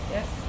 Yes